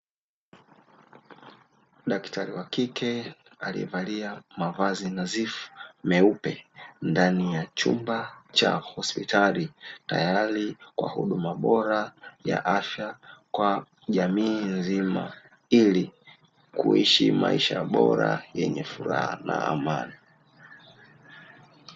Daktari wa kike aliyevalia mavazi nadhifu meupe ndani ya chumba cha hospitali, tayari kwa huduma bora ya afya kwa jamii nzima, ili kuishi maisha bora, yenye furaha na amani.